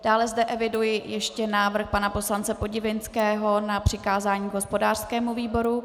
Dále zde eviduji ještě návrh pana poslance Podivínského na přikázání hospodářskému výboru.